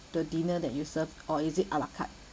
the dinner that you serve or is it a la carte